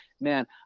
man